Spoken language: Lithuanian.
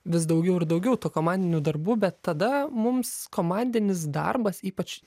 vis daugiau ir daugiau tų komandinių darbų bet tada mums komandinis darbas ypač